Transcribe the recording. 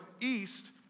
east